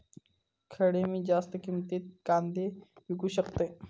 खडे मी जास्त किमतीत कांदे विकू शकतय?